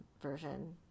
version